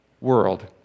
world